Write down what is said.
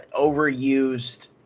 overused